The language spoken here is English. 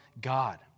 God